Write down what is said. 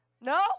No